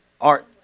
Art